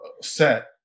set